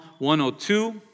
102